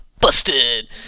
Busted